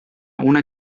una